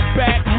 back